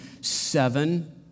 Seven